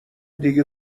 دیگه